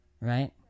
right